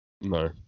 no